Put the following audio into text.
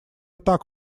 так